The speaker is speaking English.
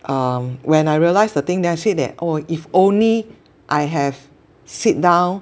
um when I realised the thing then I say that oh if only I have sit down